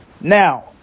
Now